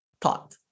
thought